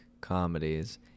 comedies